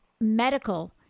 medical